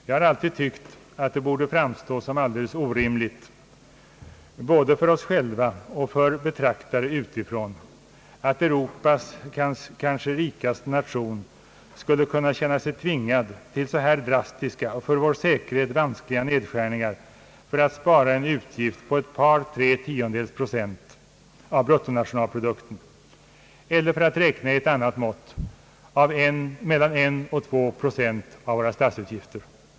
Jag har alltid tyckt att det borde framstå som alldeles orimligt både för oss själva och för betraktare utifrån, att Europas kanske rikaste nation skulle kunna känna sig tvingad till så här drastiska och för vår säkerhet vanskliga nedskärningar för att spara en utgift på ett par tre tiondels procent av bruttonationalprodukten, eller — för att räkna i annat mått — mellan en och två procent av våra statsutgifter.